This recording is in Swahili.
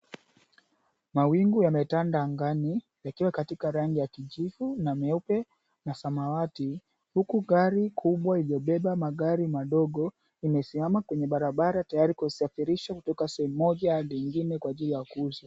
Mawingu yametanda angani, yakiwa katika rangi ya kijivu na meupe na samawati. Huku gari kubwa iliyobeba magari madogo, imesimama kwenye barabara tayari kwa kusafirisha, kutoka sehemu moja hadi ingine kwa ajili ya kuuza.